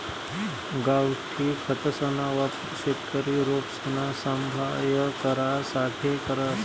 गावठी खतसना वापर शेतकरी रोपसना सांभाय करासाठे करस